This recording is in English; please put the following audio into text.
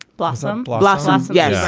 blossom but blossom. ah so yeah